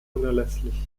unerlässlich